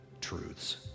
truths